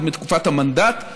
עוד בתקופת המנדט.